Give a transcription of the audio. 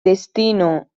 destino